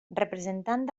representant